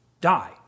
die